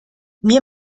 mir